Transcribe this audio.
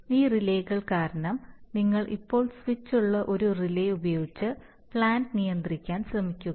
ഈ റിലേകൾ കാരണം നിങ്ങൾ ഇപ്പോൾ സ്വിച്ച് ഉള്ള ഈ റിലേ ഉപയോഗിച്ച് പ്ലാന്റ് നിയന്ത്രിക്കാൻ ശ്രമിക്കുക